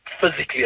physically